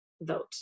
vote